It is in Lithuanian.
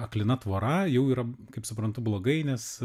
aklina tvora jau yra kaip suprantu blogai nes